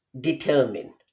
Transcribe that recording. determine